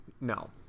no